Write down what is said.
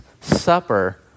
supper